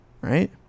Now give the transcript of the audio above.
right